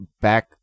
back